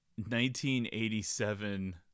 1987